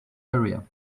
area